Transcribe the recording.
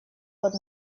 под